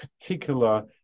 particular